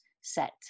set